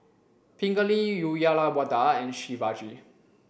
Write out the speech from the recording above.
Pingali Uyyalawada and Shivaji